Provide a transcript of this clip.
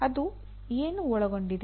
ಅದು ಏನು ಒಳಗೊಂಡಿದೆ